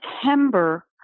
September